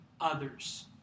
others